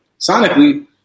sonically